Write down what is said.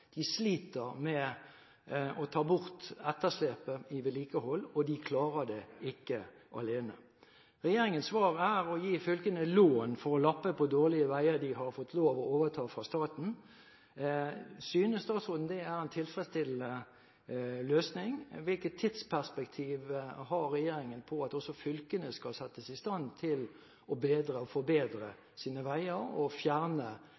de sliter med å ta bort etterslepet i vedlikehold, og de klarer det ikke alene. Regjeringens svar er å gi fylkene lån for å lappe på dårlige veier de har fått lov å overta fra staten. Synes statsråden det er en tilfredsstillende løsning? Hvilket tidsperspektiv har regjeringen slik at også fylkene skal settes i stand til å forbedre sine veier og fjerne